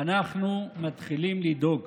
אנחנו מתחילים לדאוג.